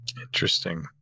Interesting